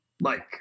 Mike